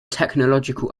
technological